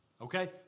Okay